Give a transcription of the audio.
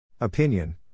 Opinion